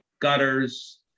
gutters